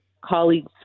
colleagues